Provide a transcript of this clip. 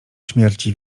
śmierci